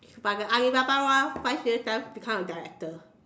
but the Alibaba [one] five years time become a director